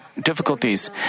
difficulties